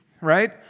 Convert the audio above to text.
right